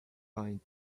pine